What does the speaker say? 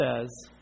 says